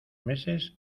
meses